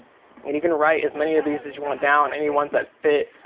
and you can write as many of these as you want down, any ones that fit.